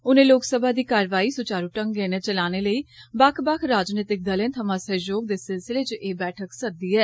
उनें लोकसभा दी कार्यवाई सुचारु ढंगै नै चलाने लेई बक्ख बक्ख राजनीतिक दलें थमां सहयोग दे सिलसिले च एह् बैठक सद्दी ऐ